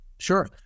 Sure